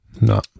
No